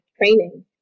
training